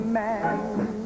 man